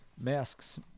Masks